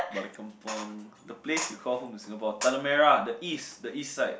balik-kampung the place you call home in Singapore Tanah-Merah the east the east side